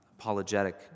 apologetic